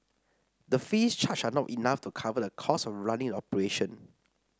the fees charged are not enough to cover the cost of running the operation